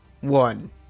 one